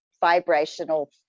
vibrational